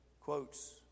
quotes